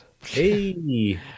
Hey